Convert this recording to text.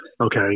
Okay